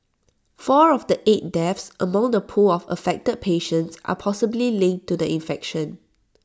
four of the eight deaths among the pool of affected patients are possibly linked to the infection